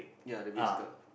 ya the